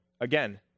again